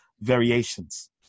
variations